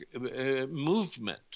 movement